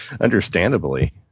understandably